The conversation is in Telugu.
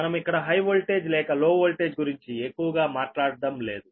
మనం ఇక్కడ హై వోల్టేజ్ లేక లో వోల్టేజ్ గురించి ఎక్కువగా మాట్లాడటం లేదు